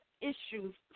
issues